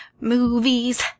movies